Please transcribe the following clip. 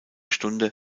stunde